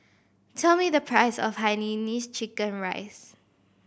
tell me the price of hainanese chicken rice